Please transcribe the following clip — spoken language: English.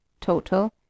total